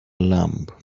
lamb